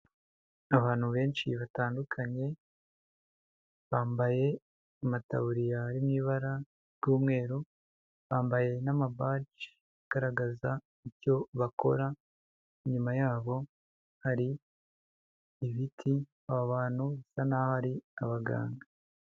Abantu benshi batandukanye bambaye amatabuririya yo mu ibara ry'umweru bambaye n'amabaji agaragaza icyo bakora, inyuma yabo hari ibiti aba bantu bisa naho ari abaganga